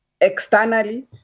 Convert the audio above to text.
externally